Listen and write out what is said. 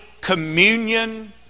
communion